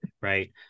right